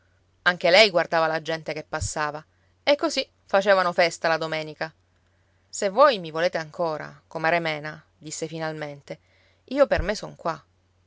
anche lei guardava la gente che passava e così facevano festa la domenica se voi mi volete ancora comare mena disse finalmente io per me son qua